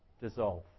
dissolve